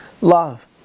love